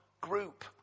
group